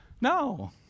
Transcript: no